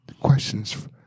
questions